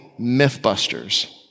Mythbusters